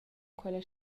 quella